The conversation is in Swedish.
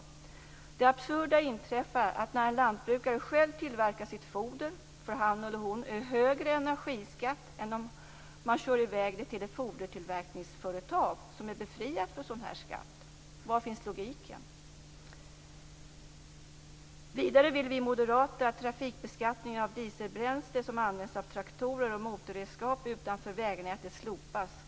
Det absurda inträffar att när en lantbrukare tillverkar sitt foder för eget bruk får han eller hon högre energiskatt än om det körs i väg till ett fodertillverkningsföretag, som är befriat från sådan skatt. Var finns logiken? Vidare vill vi moderater att trafikbeskattningen av dieselbränsle som används av traktorer och motorredskap utanför vägnätet slopas.